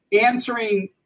answering